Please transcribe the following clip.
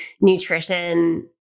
nutrition